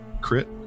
crit